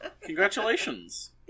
congratulations